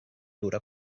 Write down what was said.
dura